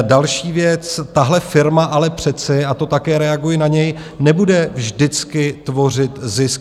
Další věc, tahle firma ale přece a to také reaguji na něj nebude vždycky tvořit zisk.